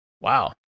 Wow